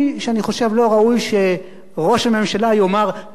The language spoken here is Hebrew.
שלא ראוי שראש הממשלה יאמר לנתיניו,